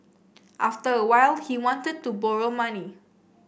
after a while he wanted to borrow money